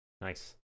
Nice